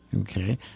okay